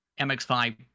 MX5